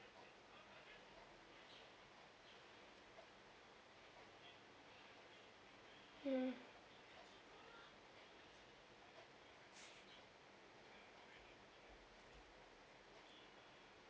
mm